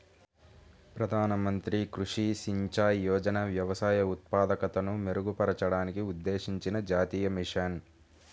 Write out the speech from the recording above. ప్రధాన మంత్రి కృషి సించాయ్ యోజన వ్యవసాయ ఉత్పాదకతను మెరుగుపరచడానికి ఉద్దేశించిన జాతీయ మిషన్